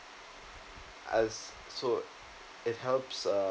as so it helps uh